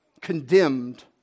condemned